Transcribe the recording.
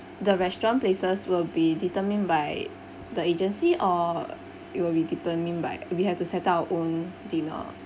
the restaurant places will be determined by the agency or it will be determined by we have to settle our own dinner